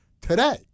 today